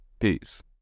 Peace